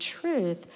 truth